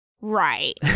Right